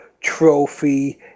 trophy